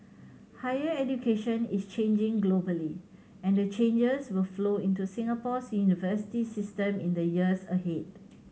higher education is changing globally and the changes will flow into Singapore's university system in the years ahead